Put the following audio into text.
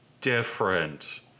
different